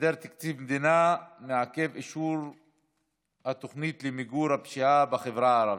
היעדר תקציב מדינה מעכב את אישור התוכנית למיגור הפשיעה בחברה הערבית,